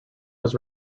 was